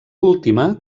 última